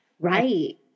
Right